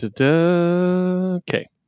okay